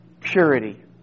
purity